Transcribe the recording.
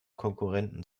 konkurrenten